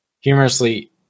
Humorously